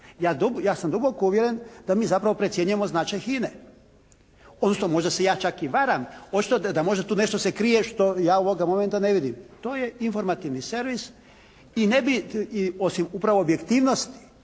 Ja sam duboko uvjeren da mi zapravo precjenjujemo značaj HINA-e odnosno možda se čak ja i varam. Očito da tu možda se krije što ja ovoga momenta ne vidim. To je informativni servis i ne bi, osim upravo objektivnosti,